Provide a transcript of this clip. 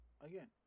again